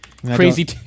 Crazy